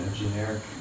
generic